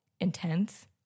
intense